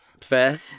fair